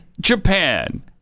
Japan